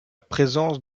présence